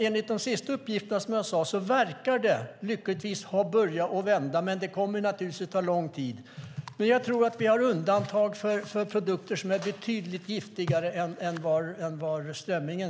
Enligt de senaste uppgifterna verkar det ha börjat vända, men det kommer naturligtvis att ta lång tid. Jag tror att vi har undantag för produkter som är betydligt giftigare än strömmingen.